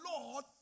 Lord